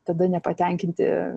tada nepatenkinti